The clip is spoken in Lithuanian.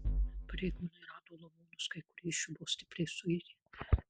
pareigūnai rado lavonus kai kurie iš jų buvo stipriai suirę